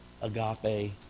agape